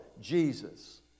Jesus